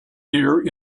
here